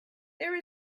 there